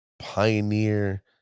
pioneer